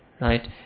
right